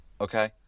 okay